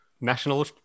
National